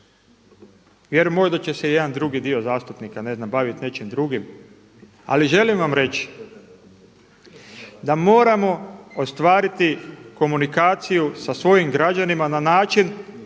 Jer možda će se jedan drugi dio zastupnika ne znam baviti nečim drugim. Ali želim vam reći da moramo ostvariti komunikaciju sa svojim građanima na način